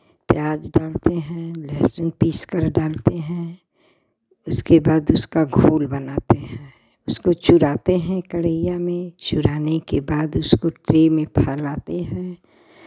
प्याज डालते हैं लहसुन पीस कर डालते हैं उसके बाद उसका घोल बनाते हैं उसको चुराते हैं कड़हियाँ में चुराने के बाद उसको ट्रे में फैलाते हैं